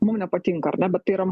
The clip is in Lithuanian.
mum nepatinka ar ne bet tai yra